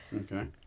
Okay